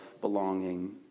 belonging